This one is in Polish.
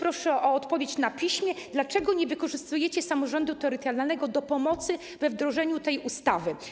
Proszę o odpowiedź na piśmie, dlaczego nie wykorzystujecie samorządu terytorialnego do pomocy we wdrożeniu tej ustawy.